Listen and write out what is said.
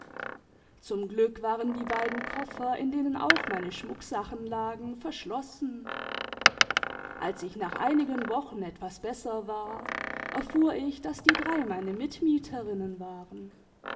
zum glück waren die beiden koffer in denen auch meine schmucksachen lagen verschlossen als ich nach einigen wochen etwas besser war erfuhr ich daß die drei meine mitmieterinnen waren